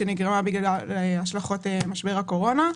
שנגרמה בגלל השלכות משבר הקורונה.